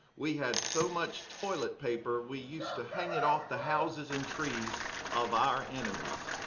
we had so much toilet paper we used to hang it off the houses and trees of our enemies.